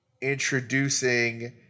introducing